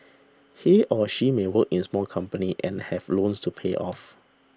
he or she may work in small company and have loans to pay off